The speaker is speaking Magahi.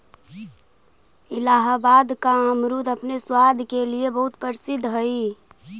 इलाहाबाद का अमरुद अपने स्वाद के लिए बहुत प्रसिद्ध हई